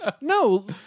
no